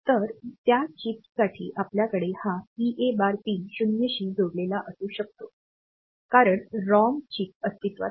तर त्या चिप्ससाठी आपल्याकडे हा EA बार पिन 0 शी जोडलेला असू शकतो कारण रॉम चिप अस्तित्वात नाही